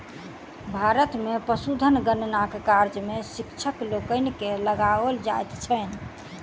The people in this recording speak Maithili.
भारत मे पशुधन गणना कार्य मे शिक्षक लोकनि के लगाओल जाइत छैन